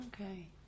Okay